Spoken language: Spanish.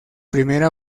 primera